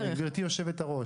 גברתי יושבת-הראש,